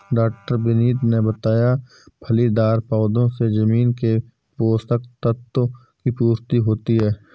डॉ विनीत ने बताया फलीदार पौधों से जमीन के पोशक तत्व की पूर्ति होती है